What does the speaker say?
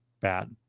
bad